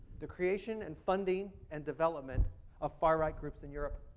the creation and funding and development of far right groups in europe.